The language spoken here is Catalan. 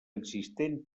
existent